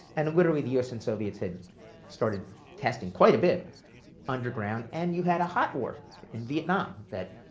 and literally, the us and soviets had started testing quite a bit underground, and you had a hot war in vietnam that